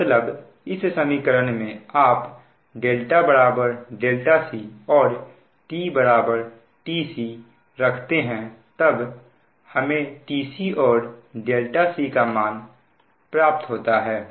मतलब इस समीकरण में आप δc और t tc रखते हैं तब हमें tc और c का मान प्राप्त होता है